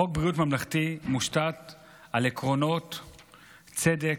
חוק בריאות ממלכתי מושתת על עקרונות של צדק,